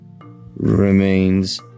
remains